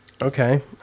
okay